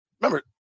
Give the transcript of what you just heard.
Remember